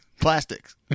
plastics